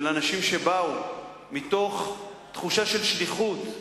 של אנשים שבאו מתוך תחושת שליחות לשנה,